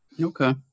okay